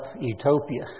Utopia